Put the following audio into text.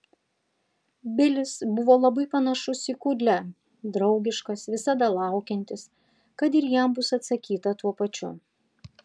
bilis buvo labai panašus į kudlę draugiškas visada laukiantis kad ir jam bus atsakyta tuo pačiu